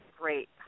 great